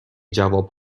جواب